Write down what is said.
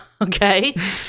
Okay